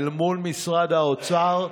אל מול משרד האוצר,